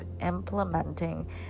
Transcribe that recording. implementing